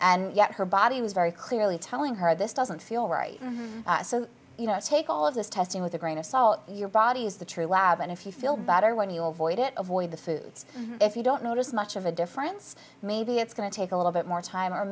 and yet her body was very clearly telling her this doesn't feel right so you know take all of this testing with a grain of salt your body is the true lab and if you feel better when you avoid it avoid the foods if you don't notice much of a difference maybe it's going to take a little bit more time or